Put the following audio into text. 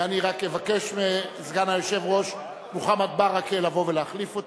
אני רק אבקש מסגן היושב-ראש מוחמד ברכה לבוא ולהחליף אותי.